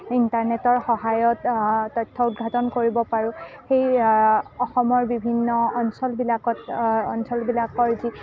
ইণ্টাৰনেটৰ সহায়ত তথ্য উদ্ঘাটন কৰিব পাৰোঁ সেই অসমৰ বিভিন্ন অঞ্চলবিলাকত অঞ্চলবিলাকৰ যি নামসমূহ